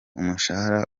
umushahara